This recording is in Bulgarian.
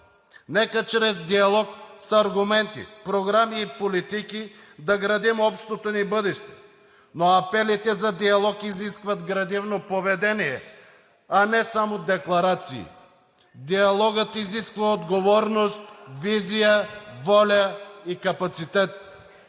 нека чрез диалог с аргументи, програми и политики да градим общото ни бъдеще. Апелите за диалог изискват градивно поведение, а не само декларации. Диалогът изисква отговорност, визия, воля и капацитет,